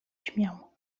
śmiał